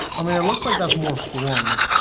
i mean, it looks like that's more formed.